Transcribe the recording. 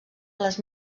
les